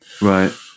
Right